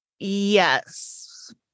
Yes